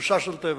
מבוסס על טבע,